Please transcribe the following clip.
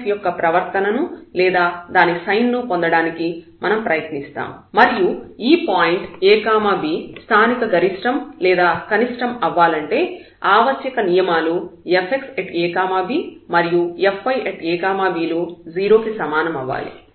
f యొక్క ప్రవర్తనను లేదా దాని సైన్ ను పొందడానికి మనం ప్రయత్నిస్తాము మరియు ఈ పాయింట్ a b స్థానిక గరిష్ష్టం లేదా కనిష్టం అవ్వాలంటే ఆవశ్యక నియమాలు fxab మరియు fyab లు 0 కి సమానం అవ్వాలి